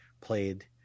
played